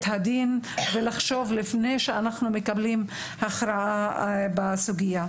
הדין ולחשוב לפני שאנחנו מקבלים הכרעה בסוגיה.